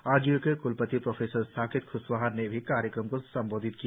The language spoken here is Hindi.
आरजीयू के क्लपति प्रो साकेत क्शवाहा ने भी कार्यक्रम को संबोधित किया